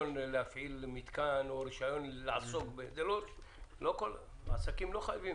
רישיון להפעיל מתקן או רישיון לעסוק עסקים לא חייבים,